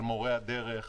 על מורי הדרך.